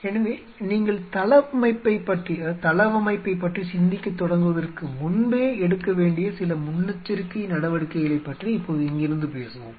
எனவே நீங்கள் தளவமைப்பைப் பற்றி சிந்திக்கத் தொடங்குவதற்கு முன்பே எடுக்க வேண்டிய சில முன்னெச்சரிக்கை நடவடிக்கைகளைப் பற்றி இப்போது இங்கிருந்து பேசுவோம்